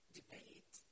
debate